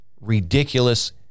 ridiculous